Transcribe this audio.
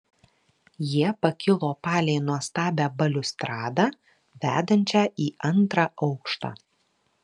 jie pakilo palei nuostabią baliustradą vedančią į antrą aukštą